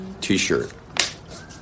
T-shirt